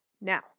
Now